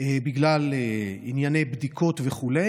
בגלל ענייני בדיקות וכו'.